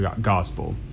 gospel